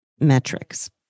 metrics